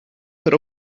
per